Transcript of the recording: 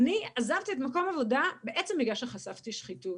אני עזבתי את מקום העבודה בעצם בגלל שחשפתי שחיתות,